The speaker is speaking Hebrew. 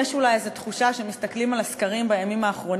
יש אולי איזה תחושה כשמסתכלים על הסקרים בימים האחרונים,